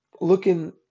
looking